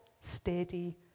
steady